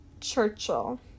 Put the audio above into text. Churchill